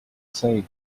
see